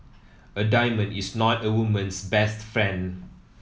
a diamond is not a woman's best friend